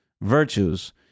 virtues